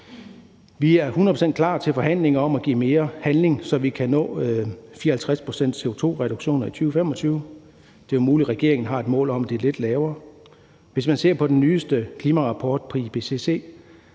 procent klar til forhandlinger om mere handling, så vi kan nå en 54-procents-CO2-reduktion i 2025. Det er muligt, regeringen har et mål om det, som er lidt lavere. Hvis man ser på den nyeste klimarapport fra IPCC,